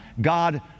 God